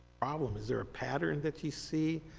problem, is there a pattern that you see?